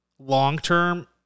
long-term